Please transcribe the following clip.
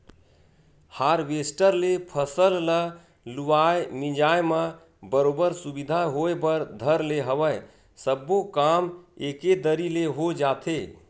harvester ले फसल ल लुवाए मिंजाय म बरोबर सुबिधा होय बर धर ले हवय सब्बो काम एके दरी ले हो जाथे